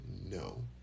no